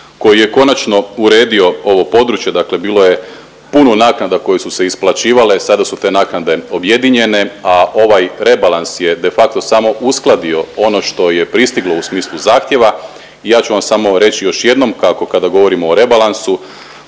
koji je konačno uredio ovo područje. Dakle, bilo je puno naknada koje su se isplaćivale sada su te naknade objedinjene, a ovaj rebalans je de facto samo uskladio ono što je pristiglo u smislu zahtjeva. I ja ću vam samo reći još jednom kako kada govorimo o rebalansu